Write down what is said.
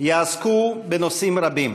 יעסקו בנושאים רבים.